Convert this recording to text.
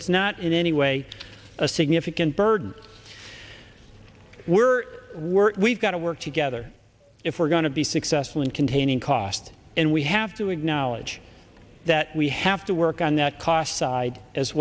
it's not in any way a significant burden we're we're we've got to work together if we're going to be successful in containing cost and we have to acknowledge that we have to work on that cost side as